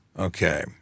Okay